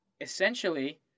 Essentially